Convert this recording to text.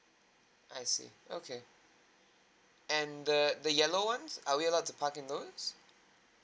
I see okay and the the yellow ones are we allowed to park in those